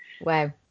Wow